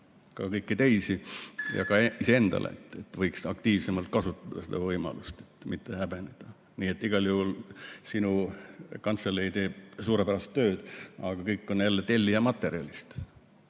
kõiki teisi ja ka iseendale ütlen, et võiks aktiivsemalt kasutada seda võimalust, mitte häbeneda. Igal juhul sinu kantselei teeb suurepärast tööd, aga kõik on tellija materjalist.